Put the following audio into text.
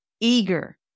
eager